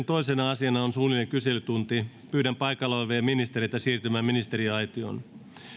toisena asiana on suullinen kyselytunti pyydän paikalla olevia ministereitä siirtymään ministeriaitioon